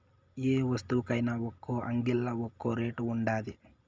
యే వస్తువుకైన ఒక్కో అంగిల్లా ఒక్కో రేటు ఉండాది